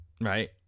Right